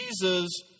Jesus